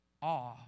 Awe